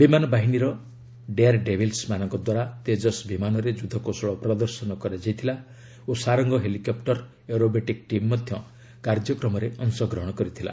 ବିମାନ ବାହିନୀର ଡେୟାର ଡେବିଲ୍ସମାନଙ୍କ ଦ୍ୱାରା ତେଜସ୍ ବିମାନରେ ଯୁଦ୍ଧ କୌଶଳ ପ୍ରଦର୍ଶନ କରାଯାଇଥିଲା ଓ ସାରଙ୍ଗ ହେଲିକପୁର ଏରୋବେଟିକ୍ ଟିମ୍ ମଧ୍ୟ କାର୍ଯ୍ୟକ୍ରମରେ ଅଂଶଗ୍ରହଣ କରିଥିଲା